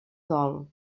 dol